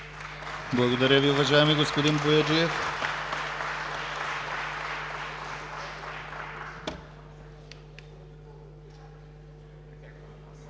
Благодаря Ви, уважаеми господин Бояджиев.